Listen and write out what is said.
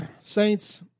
Saints